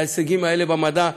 בהישגים האלה במדע,